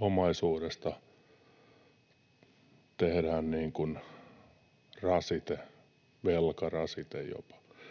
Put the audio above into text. omaisuudesta tehdään niin kuin